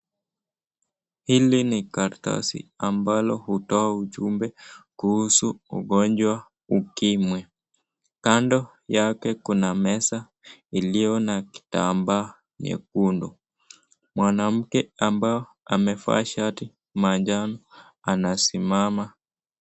Hili ni karatasi ambayo hutuo ujumbe kuhusu ugonjwa ukimwi. Kando yake kuna meza iliyo na kitambaa nyekundu. Mwanamke ambao amevaa shati manjano anasimama.